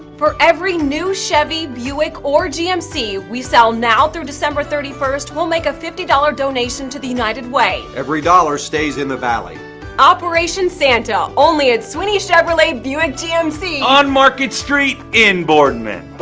for every new chevy buick or gmc. we sell now through december thirty first. we'll make a fifty dollar donation to the united way. every dollar stays in the valley operation santa only at sweeney's chevrolet buick gmc on market street in boardman.